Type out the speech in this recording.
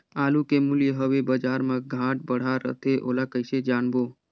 आलू के मूल्य हवे बजार मा घाट बढ़ा रथे ओला कइसे जानबो?